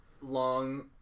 long